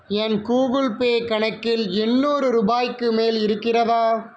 என் Google Pay கணக்கில் எண்ணூறு ரூபாய்க்கு மேல் இருக்கிறதா